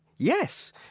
Yes